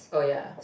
oh ya